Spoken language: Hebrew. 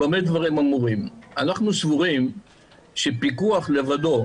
אנחנו סבורים שפיקוח לבדו,